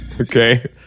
Okay